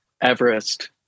Everest